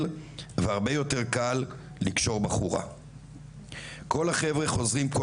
/ והרבה יותר קל לקשור בחורה // כל החבר'ה חוזרים כל